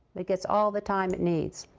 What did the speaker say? it gets all the time it needs.